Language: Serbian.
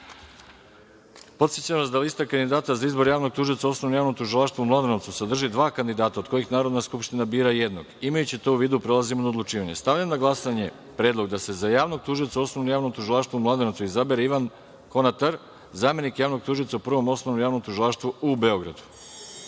Ivanović. Podsećam vas da lista kandidata za izbor javnog tužioca u Osnovnom javnom tužilaštvu u Prijepolju sadrži dva kandidata, od kojih Narodna skupština bira jednog. Imajući to u vidu, prelazimo na odlučivanje. Stavljam na glasanje predlog da se za javnog tužioca u Osnovnom javnom tužilaštvu u Prijepolju izabere Jasminka Bošković, zamenik javnog tužioca u Osnovnom javnom tužilaštvu u